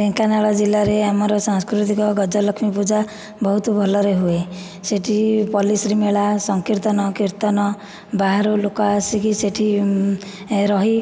ଢେଙ୍କାନାଳ ଜିଲ୍ଲାରେ ଆମର ସାଂସ୍କୃତିକ ଗଜଲକ୍ଷ୍ମୀ ପୂଜା ବହୁତ ଭଲରେ ହୁଏ ସେଇଠି ପଲ୍ଲୀଶ୍ରୀମେଳା ସଂକୀର୍ତ୍ତନ କୀର୍ତ୍ତନ ବାହାରୁ ଲୋକ ଆସିକି ସେଇଠି ରହି